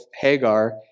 Hagar